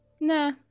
Nah